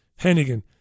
Hennigan